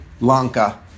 Lanka